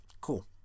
cool